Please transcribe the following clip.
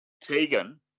Tegan